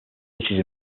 cities